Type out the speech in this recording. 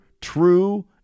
true